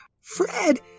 Fred